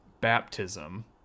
baptism